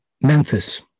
Memphis